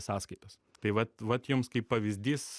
sąskaitos tai vat vat jums kaip pavyzdys